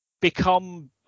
become